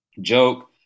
joke